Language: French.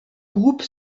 groupe